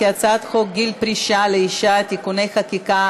ההצעה להעביר את הצעת חוק גיל פרישה לאישה (תיקוני חקיקה),